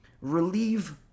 relieve